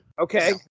Okay